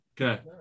Okay